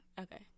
Okay